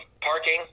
parking